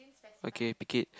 okay pick it